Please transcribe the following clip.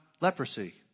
leprosy